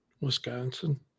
Wisconsin